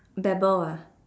babble ah